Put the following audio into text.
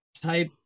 type